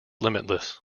limitless